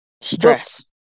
Stress